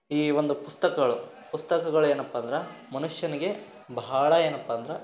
ಈ ಒಂದು ಪುಸ್ತಕಗಳು ಪುಸ್ತಕಗಳು ಏನಪ್ಪ ಅಂದ್ರೆ ಮನುಷ್ಯನಿಗೆ ಬಹಳ ಏನಪ್ಪ ಅಂದ್ರೆ